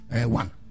one